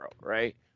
Right